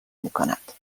میکند